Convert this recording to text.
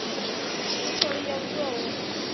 ସେମିତି ସେମିତି ଚଳି ଯାଉଛୁ ଆଉ